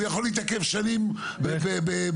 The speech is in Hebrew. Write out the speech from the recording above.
והוא יכול להתעכב שנים בזה.